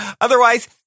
Otherwise